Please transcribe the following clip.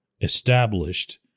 established